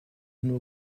nur